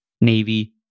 Navy